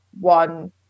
one